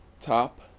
top